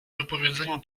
wypowiedzeniu